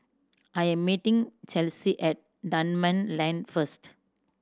I am meeting Chelsi at Dunman Lane first